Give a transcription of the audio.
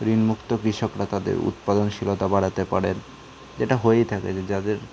ঋণ মুক্ত কৃষকরা তাদের উৎপাদনশীলতা বাড়াতে পারেন যেটা হয়েই থাকে যে যাদের